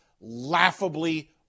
laughably